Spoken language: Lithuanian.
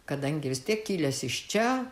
kadangi vis tiek kilęs iš čia